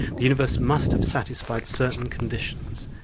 the universe must have satisfied certain conditions.